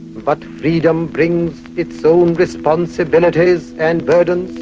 but freedom brings its own responsibilities and burdens,